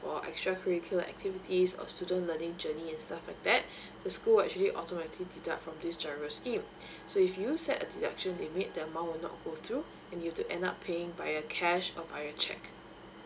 for extracurricular activity of student learning journeys instead of that the school will actually automatic deduct from this giro scheme so if you set a deduction limit the amount will not go through and you have to end up paying via cash or via cheque